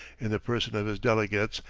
in the person of his delegates,